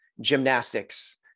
gymnastics